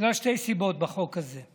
בגלל שתי סיבות בחוק הזה: